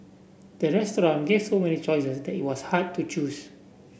the restaurant gave so many choices that was hard to choose